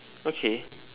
okay